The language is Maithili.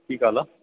की कहलऽ